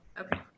Okay